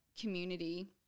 community